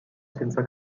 senza